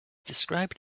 described